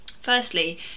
Firstly